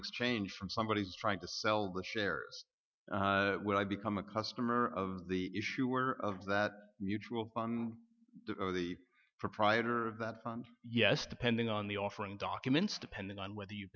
exchange from somebody trying to sell the shares when i become a customer of the issuer of that mutual fund the proprietor of that fund yes depending on the offering documents depending on whether you